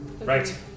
Right